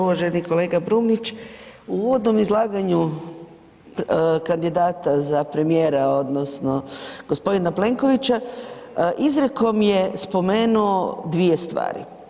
Uvaženi kolega Brumnić, u uvodnom izlaganju kandidata za premijera odnosno g. Plenkovića, izrekom je spomenuo dvije stvari.